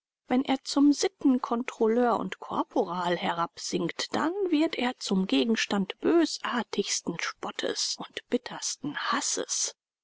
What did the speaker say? wenn er zum sittenkontrolleur und korporal herabsinkt dann wird er zum gegenstand bösartigsten spottes und bittersten hasses